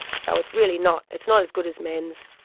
so it's really not, it's not as good as men's.